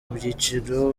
biciro